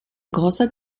großer